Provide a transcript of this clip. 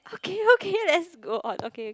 okay okay let's go on okay okay